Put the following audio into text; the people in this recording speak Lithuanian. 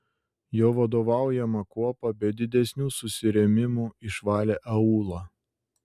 jo vadovaujama kuopa be didesnių susirėmimų išvalė aūlą